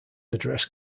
addressed